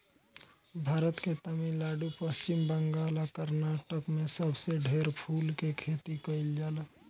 भारत के तमिलनाडु, पश्चिम बंगाल आ कर्नाटक में सबसे ढेर फूल के खेती कईल जाला